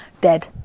dead